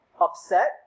upset